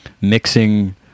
mixing